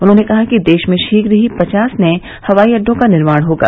उन्होंने कहा कि देश में शीघ्र ही पचास नए हवाई अड्डों का निर्माण होगा